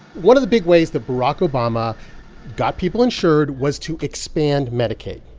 one of the big ways that barack obama got people insured was to expand medicaid.